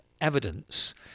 evidence